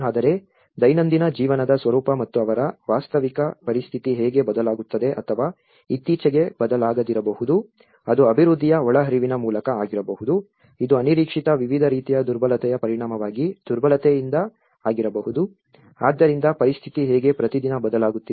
ಆದರೆ ದೈನಂದಿನ ಜೀವನದ ಸ್ವರೂಪ ಮತ್ತು ಅವರ ವಾಸ್ತವಿಕ ಪರಿಸ್ಥಿತಿ ಹೇಗೆ ಬದಲಾಗುತ್ತದೆ ಅಥವಾ ಇತ್ತೀಚೆಗೆ ಬದಲಾಗಿರಬಹುದು ಅದು ಅಭಿವೃದ್ಧಿಯ ಒಳಹರಿವಿನ ಮೂಲಕ ಆಗಿರಬಹುದು ಇದು ಅನಿರೀಕ್ಷಿತ ವಿವಿಧ ರೀತಿಯ ದುರ್ಬಲತೆಯ ಪರಿಣಾಮವಾಗಿ ದುರ್ಬಲತೆಯಿಂದ ಆಗಿರಬಹುದು ಆದ್ದರಿಂದ ಪರಿಸ್ಥಿತಿ ಹೇಗೆ ಪ್ರತಿದಿನ ಬದಲಾಗುತ್ತಿದೆ